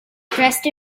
dressed